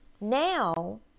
now